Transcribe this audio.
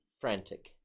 frantic